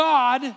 God